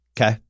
Okay